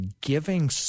giving